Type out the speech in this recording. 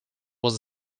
was